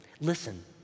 listen